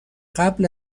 قبل